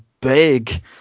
big